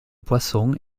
poissons